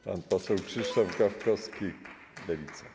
Pan poseł Krzysztof Gawkowski, Lewica.